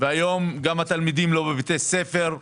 והיום גם התלמידים לא בבתי הספר,